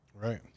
Right